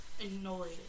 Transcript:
annoyed